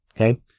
Okay